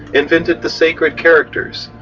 invented the sacred characters,